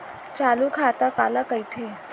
चालू खाता काला कहिथे?